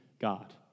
God